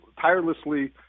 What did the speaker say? tirelessly